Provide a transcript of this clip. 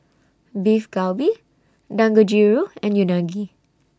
Beef Galbi Dangojiru and Unagi